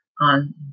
on